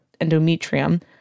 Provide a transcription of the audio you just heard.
endometrium